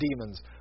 demons